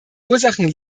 ursachen